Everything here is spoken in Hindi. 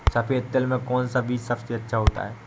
सफेद तिल में कौन सा बीज सबसे अच्छा होता है?